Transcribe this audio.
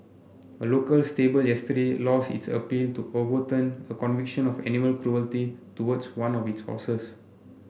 a local stable yesterday lost its appeal to overturn a conviction of animal cruelty towards one of its horses